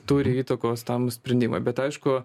turi įtakos tam sprendimui bet aišku